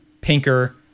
Pinker